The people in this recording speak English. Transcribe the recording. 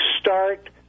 start